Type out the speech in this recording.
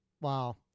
Wow